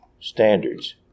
standards